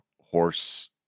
horse